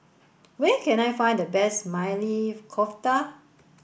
where can I find the best Maili Kofta